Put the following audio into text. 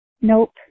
Nope